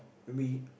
would be